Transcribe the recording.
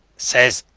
says.